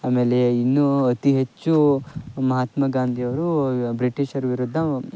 ಆಮೇಲೆ ಇನ್ನೂ ಅತಿ ಹೆಚ್ಚು ಮಹಾತ್ಮ ಗಾಂಧಿಯವ್ರು ಬ್ರಿಟೀಷರ ವಿರುದ್ಧ